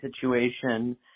situation